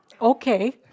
Okay